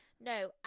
No